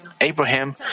Abraham